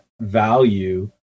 value